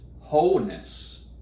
wholeness